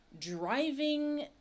driving